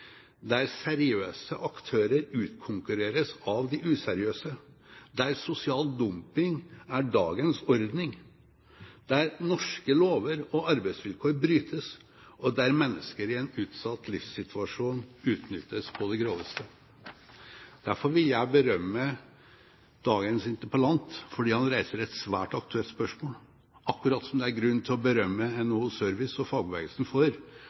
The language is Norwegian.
der seriøse aktører utkonkurreres av de useriøse, der sosial dumping er dagens ordning, der norske lover og arbeidsvilkår brytes, og der mennesker i en utsatt livssituasjon utnyttes på det groveste. Derfor vil jeg berømme dagens interpellant som reiser et svært aktuelt spørsmål, akkurat som det er grunn til å berømme NHO Service og fagbevegelsen for